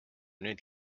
nüüd